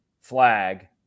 flag